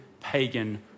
pagan